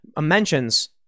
mentions